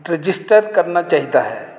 register ਕਰਨਾ ਚਾਹੀਦਾ ਹੈ